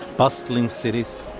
bustling cities,